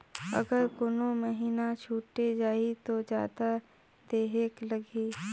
अगर कोनो महीना छुटे जाही तो जादा देहेक लगही?